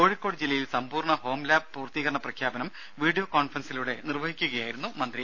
കോഴിക്കോട് ജില്ലയിൽ സമ്പൂർണ്ണ home lab പൂർത്തീകരണ പ്രഖ്യാപനം വീഡിയോ കോൺഫറൻസിലൂടെ നിർവ്വഹിക്കുകയായിരുന്നു മന്ത്രി